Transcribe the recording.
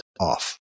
off